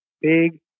big